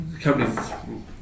companies